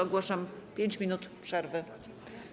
Ogłaszam 5 minut przerwy.